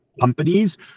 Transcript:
companies